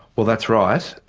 well that's right.